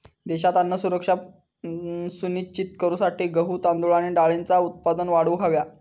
देशात अन्न सुरक्षा सुनिश्चित करूसाठी गहू, तांदूळ आणि डाळींचा उत्पादन वाढवूक हव्या